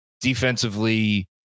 defensively